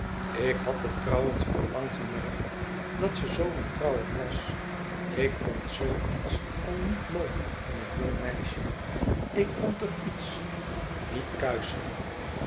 ik had het trouwens al lang gemerkt dat ze zoo wantrouwig was ik vond zoo iets al niet mooi in een jong meisje ik vond er iets niet kuisch in